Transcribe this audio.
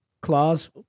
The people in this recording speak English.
clause